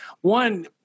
One